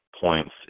points